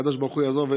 והקדוש ברוך הוא יעזור,